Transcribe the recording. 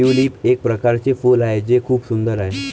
tulip एक प्रकारचे फूल आहे जे खूप सुंदर आहे